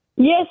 Yes